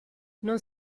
non